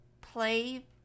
play